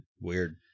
Weird